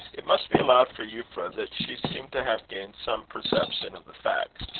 it must be allowed for euphra, that she seemed to have gained some perception of the fact.